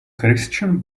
christian